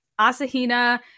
Asahina